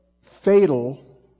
fatal